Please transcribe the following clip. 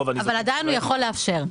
רוב --- אבל עדיין הוא יכול לאפשר?